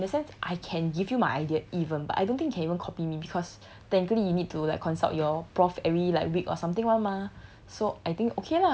and the thing is okay in the sense I can give you my idea even but I don't think haven copy me because you need to consult your prof every like week or something [one] mah